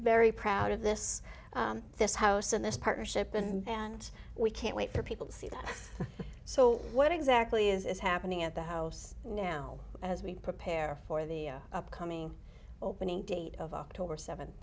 very proud of this this house and this partnership and and we can't wait for people to see that so what exactly is happening at the house now as we prepare for the upcoming opening date of october seventh